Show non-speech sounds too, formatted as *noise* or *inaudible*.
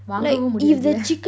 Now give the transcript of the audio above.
வாங்கவும் முடியாது:vangavum mudiyathu *laughs*